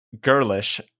Girlish